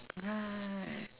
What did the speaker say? right